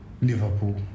Liverpool